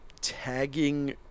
tagging